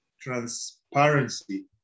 transparency